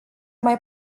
mai